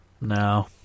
No